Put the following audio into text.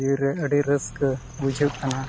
ᱡᱤᱣᱤᱨᱮ ᱟᱹᱰᱤ ᱨᱟᱹᱥᱠᱟᱹ ᱵᱩᱡᱷᱟᱹᱣᱚᱜ ᱠᱟᱱᱟ